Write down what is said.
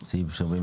סעיף".